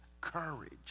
courage